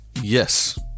Yes